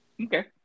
Okay